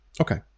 Okay